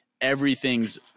everything's